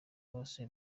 bose